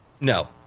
No